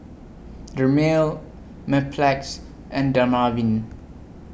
Dermale Mepilex and Dermaveen